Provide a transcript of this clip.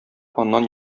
аннан